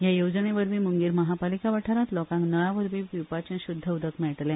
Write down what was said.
हे येवजणेवरवी मुंगेर म्हापालिका वाठारांत लोकांक नळावरवी पिवपाचे शुध्द उदक मेळटले